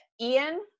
Ian